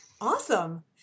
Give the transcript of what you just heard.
Awesome